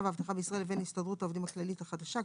והאבטחה בישראל לבין הסתדרות העובדים הכללית החדשה,